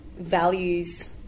values